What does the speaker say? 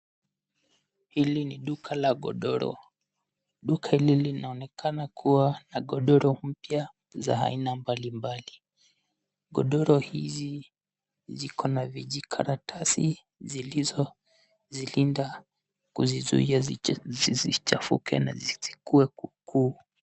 Hili ni duka la godoro. Duka hili linaonekana kuwa na godoro mpya za aina mbalimbali. Godoro hizi ziko na vijikaratasi zilizozilinda kuzizuia zisichafuke na zisikuwe kukuu.